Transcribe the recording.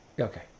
Okay